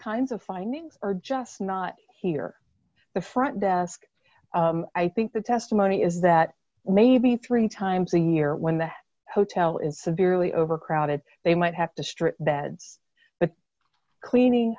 kinds of findings are just not here the front desk i think the testimony is that maybe three times a year when the hotel is severely overcrowded they might have to strip beds cleaning